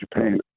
Japan